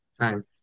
time